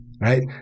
right